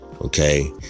Okay